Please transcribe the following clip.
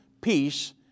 peace